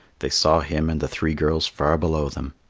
they saw him and the three girls far below them.